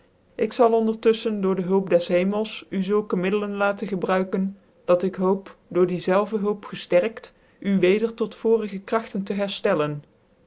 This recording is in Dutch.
ik zal ondertuflehen door dc hulp des hemels u zulke middelen laten gebruiken dat ik hoop door die zelve hulp gefterkt u weder tot voorige kragtcn te